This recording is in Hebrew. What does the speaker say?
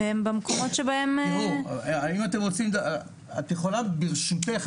במקומות שבהם --- את יכולה ברשותך,